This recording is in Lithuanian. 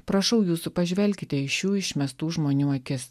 prašau jūsų pažvelkite į šių išmestų žmonių akis